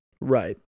Right